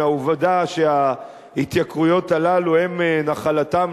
מהעובדה שההתייקרויות הללו הן נחלתן,